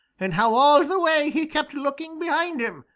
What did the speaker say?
and how all the way he kept looking behind him,